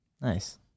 nice